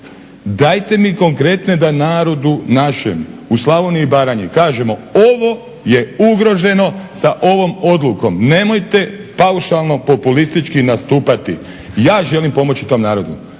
Dajte mi konkretne da narodu našem u Slavoniji i Baranji kažemo ovo je ugroženo sa ovom odlukom. Nemojte paušalno, populistički nastupati. Ja želim pomoći tom narodu,